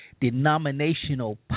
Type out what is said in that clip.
denominational